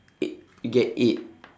eight you get eight